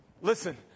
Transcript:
Listen